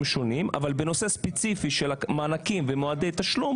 שונים אבל בנושא ספציפי של מענקים ומועדי תשלום,